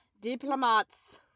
diplomats